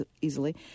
easily